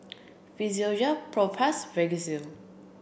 Physiogel Propass Vagisil